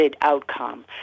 outcome